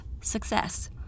success